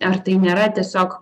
ar tai nėra tiesiog